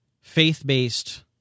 faith-based